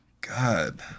God